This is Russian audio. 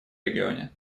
регионе